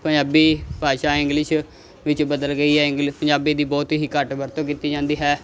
ਪੰਜਾਬੀ ਭਾਸ਼ਾ ਇੰਗਲਿਸ਼ ਵਿੱਚ ਬਦਲ ਗਈ ਹੈ ਇੰਗਲਿ ਪੰਜਾਬੀ ਦੀ ਬਹੁਤ ਹੀ ਘੱਟ ਵਰਤੋਂ ਕੀਤੀ ਜਾਂਦੀ ਹੈ